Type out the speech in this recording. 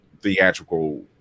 theatrical